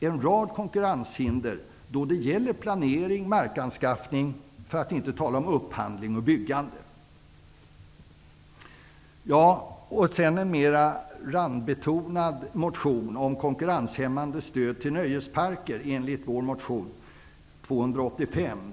en rad konkurrenshinder när det gäller planering och markanskaffning, för att inte tala om upphandling och byggande. Jag skall sedan säga något om en mer randbetonad motion, motion N285, om konkurrenshämmande stöd till nöjesparker.